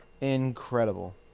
Incredible